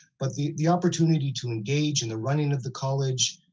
but the the opportunity to engage in the running of the college,